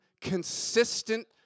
consistent